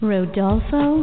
Rodolfo